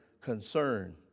concern